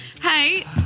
Hey